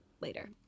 later